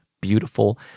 beautiful